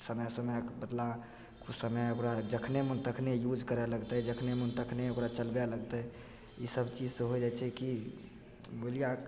समय समयके बदला कोनो समय ओकरा जखने मोन तखने यूज करै लगतै जखने मोन तखने ओकरा चलबै लगतै ईसब चीजसे होइ जाइ छै कि मोबलिआ